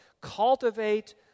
Cultivate